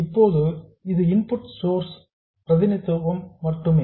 இப்போது இது input source ன் பிரதிநிதித்துவம் மட்டுமே